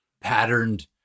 patterned